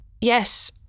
Yes